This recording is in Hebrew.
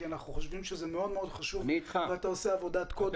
אנחנו חושבים שזה מאוד מאוד חשוב ואתה עושה עבודת קודש